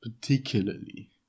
particularly